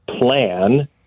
plan